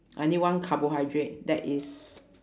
I need one carbohydrate that is